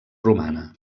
romana